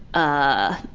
ah,